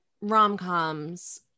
rom-coms